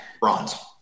Bronze